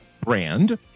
brand